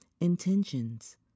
intentions